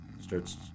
starts